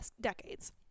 decades